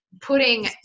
putting